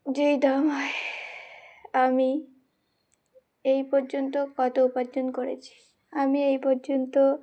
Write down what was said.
যেই দাম হয় আমি এই পর্যন্ত কত উপার্জন করেছি আমি এই পর্যন্ত